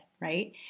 right